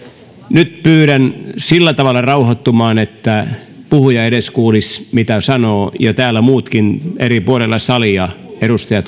nyt pyydän sillä tavalla rauhoittumaan että puhuja edes kuulisi mitä sanoo ja täällä muutkin edustajat eri puolilla salia